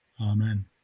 Amen